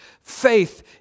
faith